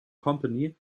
company